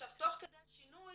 תוך כדי השינוי